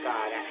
God